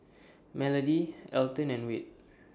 Melody Alton and Wade